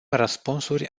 răspunsuri